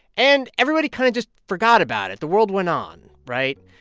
and everybody kind of just forgot about it. the world went on, right?